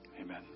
Amen